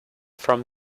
from